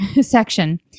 section